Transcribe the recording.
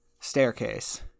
staircase